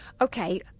Okay